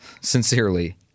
Sincerely